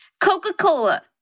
Coca-Cola